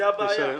זו הבעיה.